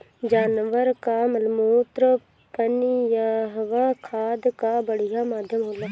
जानवर कअ मलमूत्र पनियहवा खाद कअ बढ़िया माध्यम होला